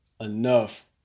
enough